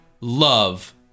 Love